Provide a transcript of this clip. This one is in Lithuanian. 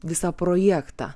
visą projektą